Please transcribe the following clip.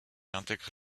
intègrent